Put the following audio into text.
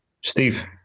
Steve